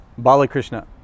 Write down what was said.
Balakrishna